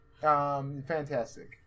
fantastic